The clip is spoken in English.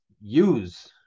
use